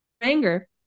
anger